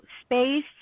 space